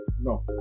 No